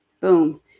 Boom